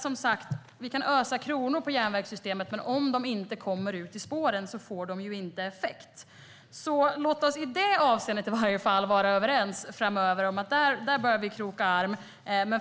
Som sagt: Vi kan ösa kronor över järnvägssystemet, men om de inte kommer ut i spåren får de ju inte effekt. Låt oss åtminstone i det avseendet vara överens om att där behöver vi kroka arm.